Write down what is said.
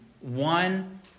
one